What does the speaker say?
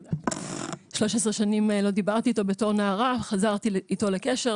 איתו 13 שנים בתור נערה, חזרתי לקשר איתו.